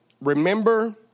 remember